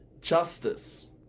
justice